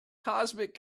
cosmic